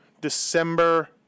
December